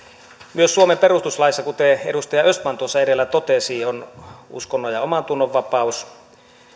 myös suomen perustuslaissa kuten edustaja östman tuossa edellä totesi on uskonnon ja omantunnonvapaus